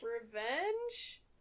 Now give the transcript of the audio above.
revenge